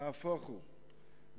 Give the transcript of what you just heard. נהפוך הוא,